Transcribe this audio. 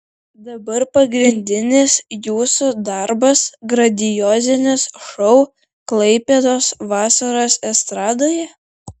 dabar pagrindinis jūsų darbas grandiozinis šou klaipėdos vasaros estradoje